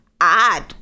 add